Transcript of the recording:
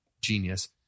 genius